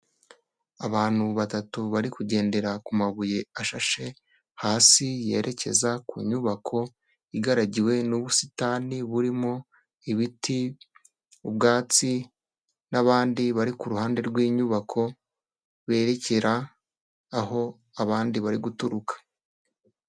Abantu batatu bari kugendera ku mabuye ashashe hasi, yerekeza ku nyubako igaragiwe n'ubusitani burimo ibiti, ubwatsi n'abandi bari ku ruhande rw'inyubako berekera aho abandi bari guturuka.